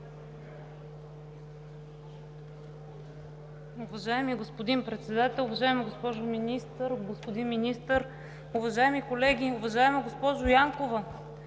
Уважаеми господин Председател, уважаеми господин Министър, уважаеми колеги! Уважаема госпожо Янкова,